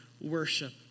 worship